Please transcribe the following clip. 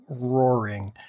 roaring